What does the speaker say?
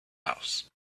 house